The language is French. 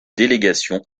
délégation